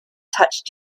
touched